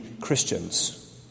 Christians